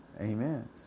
amen